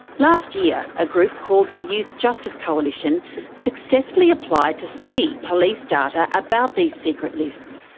last year, a group called the youth justice coalition successfully applied to see police data about these secret lists.